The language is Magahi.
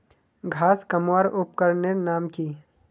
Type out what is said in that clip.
घांस कमवार उपकरनेर नाम की?